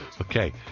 Okay